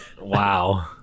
wow